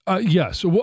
Yes